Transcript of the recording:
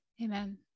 Amen